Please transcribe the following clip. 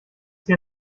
hier